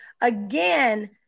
again